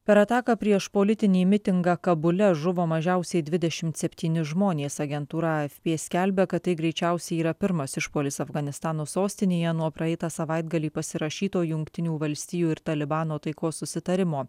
per ataką prieš politinį mitingą kabule žuvo mažiausiai dvidešimt septyni žmonės agentūra afp skelbia kad tai greičiausiai yra pirmas išpuolis afganistano sostinėje nuo praeitą savaitgalį pasirašyto jungtinių valstijų ir talibano taikos susitarimo